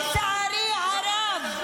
לצערי הרב.